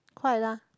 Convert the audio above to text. quite lah